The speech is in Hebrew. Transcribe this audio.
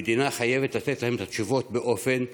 המדינה חייבת לתת להם תשובות באופן מיידי.